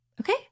Okay